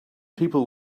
people